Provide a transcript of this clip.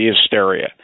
hysteria